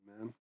Amen